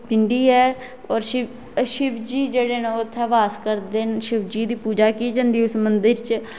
पिंडी ऐ होर शिव शिवजी जेह्ड़े न उत्थै वास करदे न शिवजी दी पूजा की जंदी उस मंदिर च